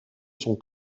son